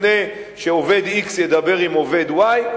לפני שעובד x ידבר עם עובד y,